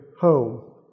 home